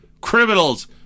Criminals